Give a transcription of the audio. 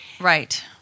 Right